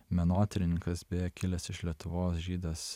menotyrininkas beje kilęs iš lietuvos žydas